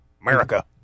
America